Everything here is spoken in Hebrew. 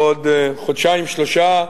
בעוד חודשיים-שלושה,